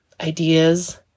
ideas